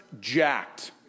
jacked